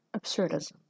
absurdism